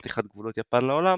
עם פתיחת גבולות יפן לעולם,